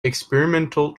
experimental